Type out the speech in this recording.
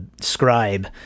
scribe